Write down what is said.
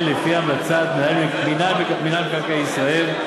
לפי המלצת מנהל מינהל מקרקעי ישראל,